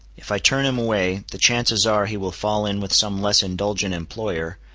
if i turn him away, the chances are he will fall in with some less indulgent employer,